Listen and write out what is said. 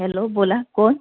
hello बोला कोण